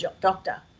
doctor